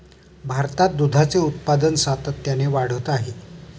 भारतात दुधाचे उत्पादन सातत्याने वाढत आहे